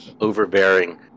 overbearing